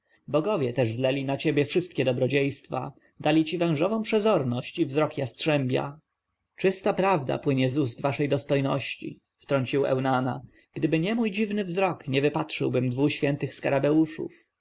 bogowie też zleli na ciebie wszystkie dobrodziejstwa dali ci wężową przezorność i wzrok jastrzębia czysta prawda płynie z ust waszej dostojności wtrącił eunana gdyby nie mój dziwny wzrok nie wypatrzyłbym dwu świętych skarabeuszów